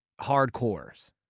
Hardcores